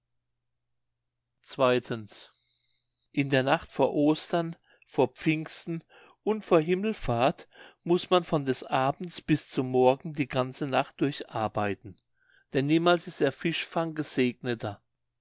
in der nacht vor ostern vor pfingsten und vor himmelfahrt muß man von des abends bis zum morgen die ganze nacht durch arbeiten denn niemals ist der fischfang gesegneter